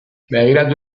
begiratu